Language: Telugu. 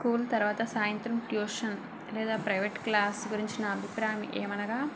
స్కూల్ తర్వాత సాయంత్రం ట్యూషన్ లేదా ప్రైవేట్ క్లాస్ గురించి నా అభిప్రాయం ఏమనగా